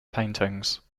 paintings